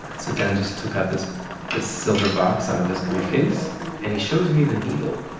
so dan just took out this this silver box out of his briefcase and he shows me the needle